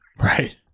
Right